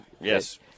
Yes